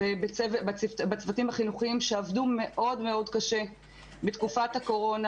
ובצוותים החינוכיים שעבדו מאוד קשה בתקופת הקורונה.